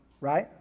right